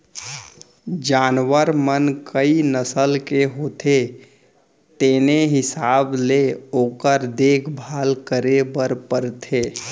जानवर मन कई नसल के होथे तेने हिसाब ले ओकर देखभाल करे बर परथे